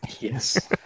Yes